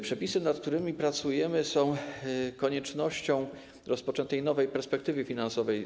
Przepisy, nad którymi pracujemy, są koniecznością związaną z rozpoczęciem nowej perspektywy finansowej.